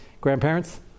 grandparents